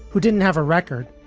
who didn't have a record,